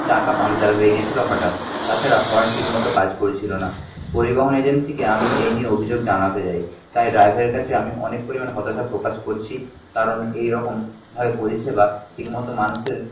চাকা পাংচার হয়ে গেছিলো হটাত তাছাড়া হর্ন ঠিক মতো কাজ করছিলো না পরিবহণ এজেন্সিকে আমি এই নিয়ে অভিযোগ জানাতে যাই তাই ড্রাইভারের কাছে আমি অনেক পরিমাণ হতাশা প্রকাশ করছি কারণ এই রকমভাবে পরিষেবা ঠিক মতো মানুষের